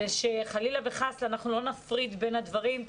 ושחלילה וחס אנחנו לא נפריד בין הדברים.